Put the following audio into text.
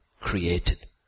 created